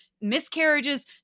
miscarriages